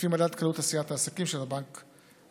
לפי מדד קלות עשיית עסקים של הבנק העולמי.